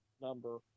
number